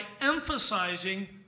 emphasizing